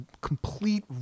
complete